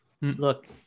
Look